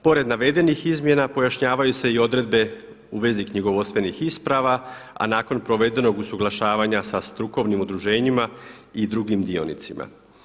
Pored navedenih izmjena pojašnjavaju se i odredbe u vezi knjigovodstvenih isprava a nakon provedenog usuglašavanja sa strukovnim udruženjima i drugim dionicima.